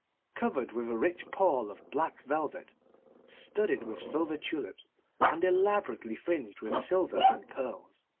covered with a rich pall of black velvet studded with silver tulips and elaborately fringed with silver and pearls.